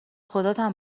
خداتم